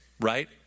Right